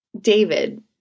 David